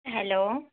hello